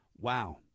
Wow